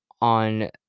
on